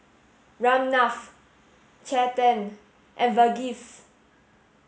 Ramnath Chetan and Verghese